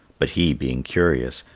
but he, being curious,